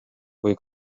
kui